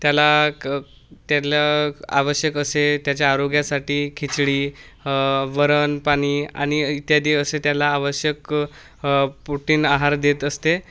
त्याला क त्याला आवश्यक असे त्याच्या आरोग्यासाठी खिचडी वरण पाणी आणि इत्यादी असे त्याला आवश्यक पोटीन आहार देत असते